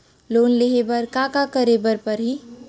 Loan लेहे बर का का का करे बर परहि?